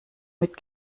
mit